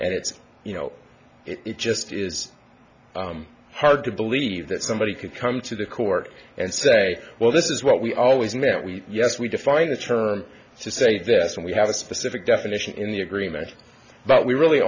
and it's you know it just is hard to believe that somebody could come to the court and say well this is what we always know that we yes we define the term to say this and we have a specific definition in the agreement but we really